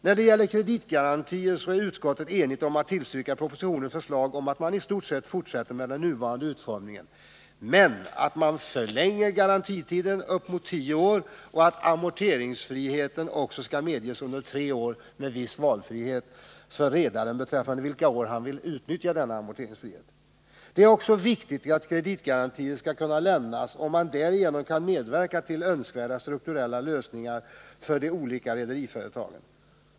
När det gäller kreditgarantierna är utskottet enigt om att tillstyrka propositionens förslag att man i stort sett fortsätter med den nuvarande utformningen, men att man förlänger garantitiden till tio år och att amorteringsfrihet också skall medges under tre år med viss valfrihet för redaren beträffande vilka år han vill utnyttja denna amorteringsfrihet. Det är också viktigt att kreditgarantier skall kunna lämnas, om man därigenom kan medverka till önskvärda strukturella lösningar för de olika rederiföretagen.